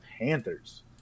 Panthers